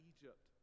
Egypt